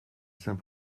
saint